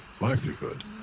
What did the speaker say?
livelihood